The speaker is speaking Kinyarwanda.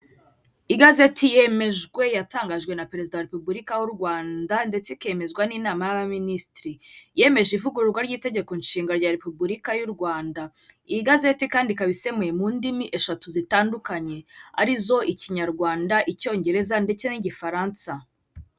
Igazeti yemejwe yatangajwe na perezida wa repubulika w'u Rwanda, ndetse ikemezwa n'inama y'abaminisitiri, yemeje ivugururwa ry'itegeko nshinga rya repubulika y'u Rwanda, iy' igazeti kandi ikaba isemuye mu ndimi eshatu zitandukanye arizo ikinyarwanda, icyongereza ndetse n'igifaransa.